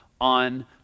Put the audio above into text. on